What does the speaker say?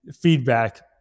feedback